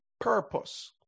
purpose